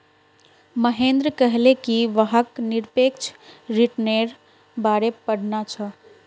महेंद्र कहले कि वहाक् निरपेक्ष रिटर्न्नेर बारे पढ़ना छ